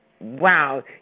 Wow